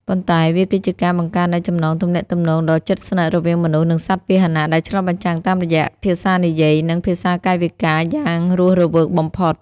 ប៉ុន្តែវាគឺជាការបង្កើតនូវចំណងទំនាក់ទំនងដ៏ជិតស្និទ្ធរវាងមនុស្ស និងសត្វពាហនៈ ដែលឆ្លុះបញ្ចាំងតាមរយៈភាសានិយាយ និងភាសាកាយវិការយ៉ាងរស់រវើកបំផុត។